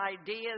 ideas